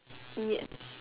yes